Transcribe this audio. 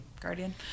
guardian